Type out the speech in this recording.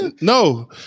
No